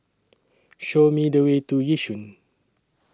Show Me The Way to Yishun